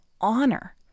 honor